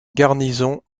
garnison